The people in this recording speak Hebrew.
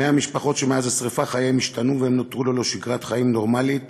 100 משפחות שמאז השרפה חייהן השתנו והן נותרו ללא שגרת חיים נורמלית